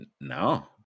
no